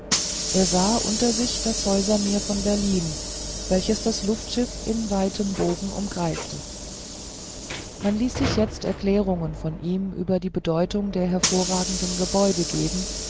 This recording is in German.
er sah unter sich das häusermeer von berlin welches das luftschiff in weitem bogen umkreiste man ließ sich jetzt erklärungen von ihm über die bedeutung der hervorragenden gebäude geben